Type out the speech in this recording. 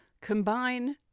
combine